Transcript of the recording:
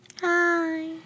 hi